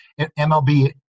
MLB